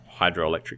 hydroelectric